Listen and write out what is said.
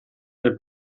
del